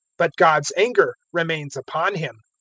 but god's anger remains upon him.